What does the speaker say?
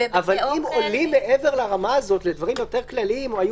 אבל אם עולים מעבר לרמה הזאת לדברים יותר כלליים היו